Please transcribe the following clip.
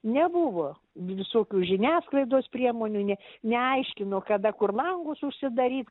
nebuvo visokių žiniasklaidos priemonių neaiškino kada kur langus užsidaryt